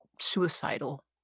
suicidal